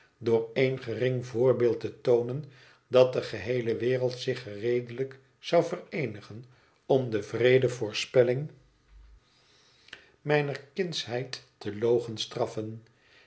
door één gering voorbeeld te toonen dat de geheele wereld zich gereedelijk zou vereenigen om de wreede voorspelling mijner kindsheid te